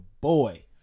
boy